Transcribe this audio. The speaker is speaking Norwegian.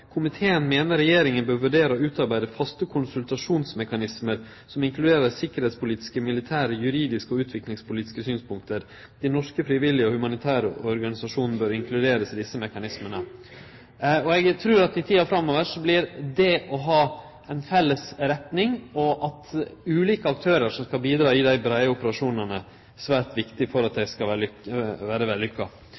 komiteen: «Komiteen mener Regjeringen bør vurdere å utarbeide faste konsultasjonsmekanismer som inkluderer sikkerhetspolitiske, militære, juridiske og utviklingspolitiske synspunkter. De norske frivillige og humanitære organisasjonene bør inkluderes i disse mekanismene.» Eg trur at i tida framover vert det å ha ei felles retning og at ulike aktørar skal bidra i dei breie operasjonane, svært viktig for at